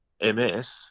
ms